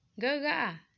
Gaga